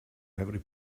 every